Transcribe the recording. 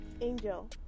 Angel